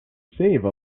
save